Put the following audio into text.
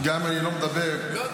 גם אם אני לא מדבר --- לא,